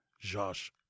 Josh